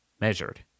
measured